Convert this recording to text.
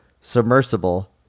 submersible